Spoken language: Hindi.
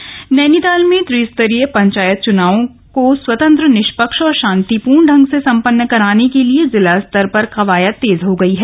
पंचायत चुनाव नैनीताल में त्रिस्तरीय पंचायत चुनावों को स्वतंत्र निष्पक्ष और शान्तिपूर्ण ढंग से सम्पन्न कराने के लिए जिला स्तर पर कवायद तेज हो गयी है